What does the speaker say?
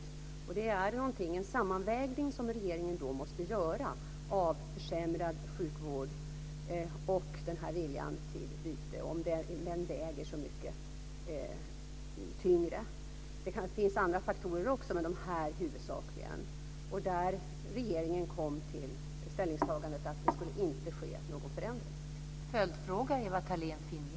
Regeringen måste då göra en sammanvägning av försämrad sjukvård och viljan till byte och se om den väger så mycket tyngre. Det finns också andra faktorer. Men det är huvudsakligen dessa. Regeringen kom där till ställningstagandet att det inte skulle ske någon förändring.